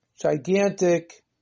gigantic